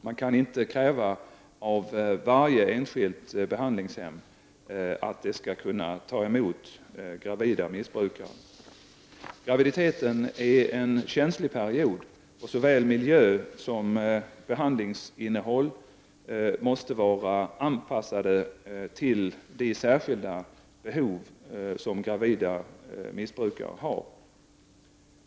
Man kan inte kräva av varje enskilt behandlingshem att det skall kunna ta emot gravida missbrukare. Graviditeten är en känslig period och såväl miljö som behandlingsmål måste vara anpassade till de särskilda behov som gravida missbrukare har.